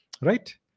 right